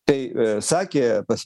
tai sakė pas